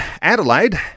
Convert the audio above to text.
Adelaide